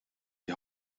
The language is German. die